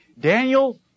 Daniel